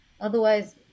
otherwise